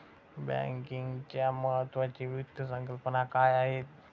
बँकिंगच्या महत्त्वाच्या वित्त संकल्पना काय आहेत?